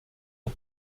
aux